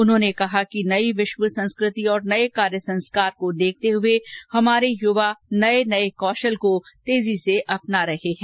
उन्होंने कहा कि नई विश्वे संस्कृति और नए कार्य संस्कार को देखते हुए हमारे युवा नये नये कौशल को तेजी से अपना रहे हैं